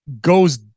goes